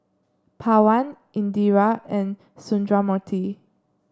Pawan Indira and Sundramoorthy